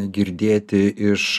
girdėti iš